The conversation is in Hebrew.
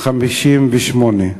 ה-58.